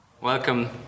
Welcome